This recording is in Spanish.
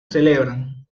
celebran